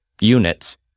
units